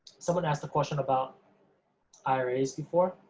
someone asked the question about iras before,